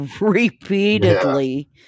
repeatedly